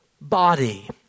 body